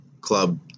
club